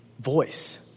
voice